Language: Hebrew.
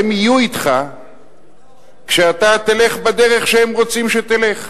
הם יהיו אתך כשאתה תלך בדרך שהם רוצים שתלך.